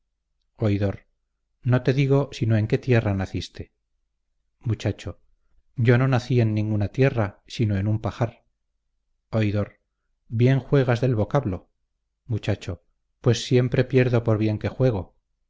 oidor no te digo sino en qué tierra naciste muchacho yo no nací en ninguna tierra sino en un pajar oidor bien juegas del vocablo muchacho pues siempre pierdo por bien que juego